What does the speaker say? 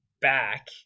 back